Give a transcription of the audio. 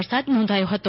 વરસાદ નોંધાયો હતો